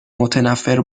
متنفر